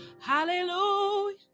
Hallelujah